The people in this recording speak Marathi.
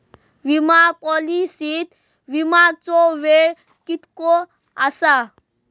विमा पॉलिसीत विमाचो वेळ कीतको आसता?